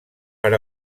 per